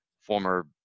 former